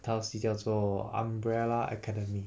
这套戏叫做 umbrella academy